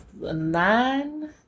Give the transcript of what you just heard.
nine